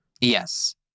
Yes